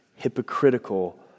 hypocritical